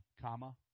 comma